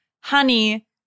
honey